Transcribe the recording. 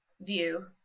view